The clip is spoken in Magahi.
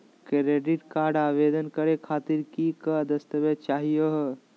क्रेडिट कार्ड आवेदन करे खातीर कि क दस्तावेज चाहीयो हो?